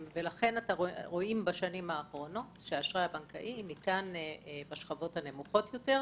רואים בשנים האחרונות שהאשראי הבנקאי ניתן בשכבות הנמוכות יותר.